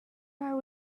are